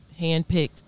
handpicked